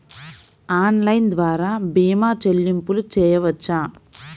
Online ద్వార భీమా చెల్లింపులు చేయవచ్చా?